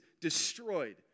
destroyed